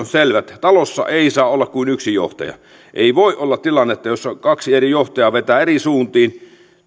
selvät talossa ei saa olla kuin yksi johtaja ei voi olla tilannetta jossa kaksi eri johtajaa vetää eri suuntiin